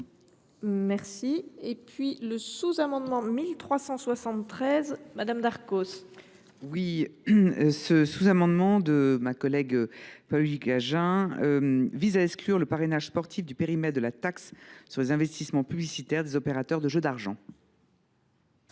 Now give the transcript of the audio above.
présenter le sous amendement n° 1373 rectifié . Ce sous amendement de ma collègue Paoli Gagin vise à exclure le parrainage sportif du périmètre de la taxe sur les investissements publicitaires des opérateurs de jeux d’argent.